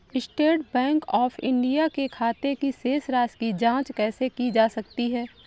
State bank of India के खाते की शेष राशि की जॉंच कैसे की जा सकती है?